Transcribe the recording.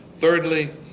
thirdly